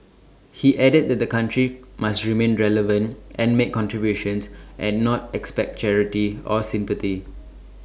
he added that the country must remain relevant and make contributions and not expect charity or sympathy